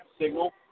signal